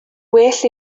well